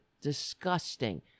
Disgusting